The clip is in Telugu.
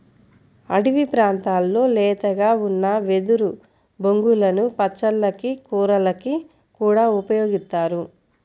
అడివి ప్రాంతాల్లో లేతగా ఉన్న వెదురు బొంగులను పచ్చళ్ళకి, కూరలకి కూడా ఉపయోగిత్తారు